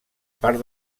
part